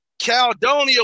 Caldonia